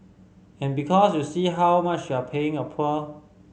and because you see how much you're paying